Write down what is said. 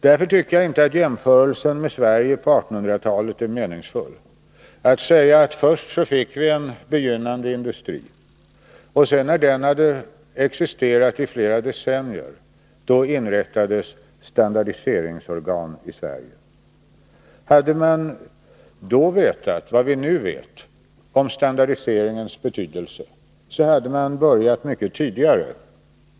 Därför tycker jag inte att jämförelsen med Sverige på 1800-talet är meningsfull: att säga att först fick vi en begynnande industri och sedan, när den existerat i flera decennier, inrättades standardiseringsorgan i Sverige. Hade man då vetat vad vi nu vet om standardiseringens betydelse, hade man börjat mycket tidigare.